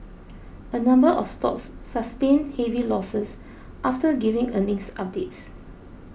a number of stocks sustained heavy losses after giving earnings updates